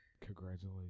Congratulations